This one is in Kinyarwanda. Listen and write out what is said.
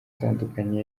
atandukanye